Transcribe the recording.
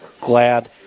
glad